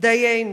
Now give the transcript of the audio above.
דיינו.